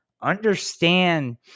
understand